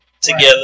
together